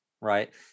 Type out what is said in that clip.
right